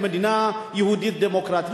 מדינה יהודית-דמוקרטית.